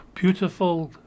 beautiful